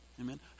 Amen